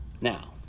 Now